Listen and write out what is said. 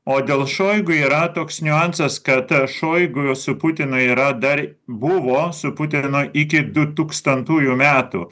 o dėl šoigu yra toks niuansas kad šoigu su putinu yra dar buvo su putinu iki du tūkstantųjų metų